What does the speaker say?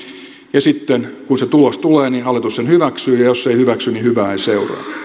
ja sitten kun se tulos tulee niin hallitus sen hyväksyy ja jos ei hyväksy niin hyvää ei seuraa